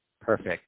Perfect